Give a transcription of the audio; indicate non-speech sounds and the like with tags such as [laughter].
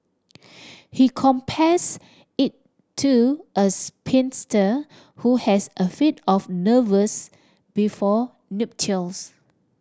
[noise] he compares it to a spinster who has a fit of nerves before nuptials